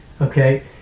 Okay